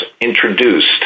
introduced